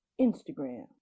Instagram